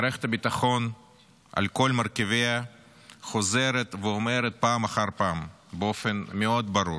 מערכת הביטחון על כל מרכיביה חוזרת ואומרת פעם אחר פעם באופן מאוד ברור: